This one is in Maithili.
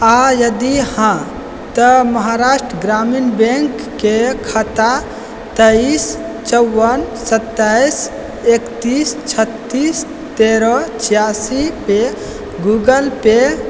आ यदि हँ तऽ महाराष्ट्र ग्रामीण बैंकके खाता तइस चौबन सत्ताइस एकतीस छत्तीस तेरह छिआसीपर गूगलपे